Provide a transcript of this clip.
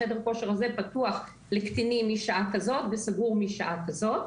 חדר הכושר הזה פתוח לקטינים משעה כזאת וסגור משעה כזאת.